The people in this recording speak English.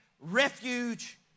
refuge